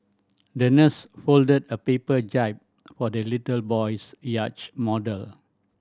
the nurse folded a paper jib for the little boy's yacht model